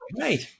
right